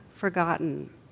Forgotten